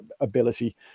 ability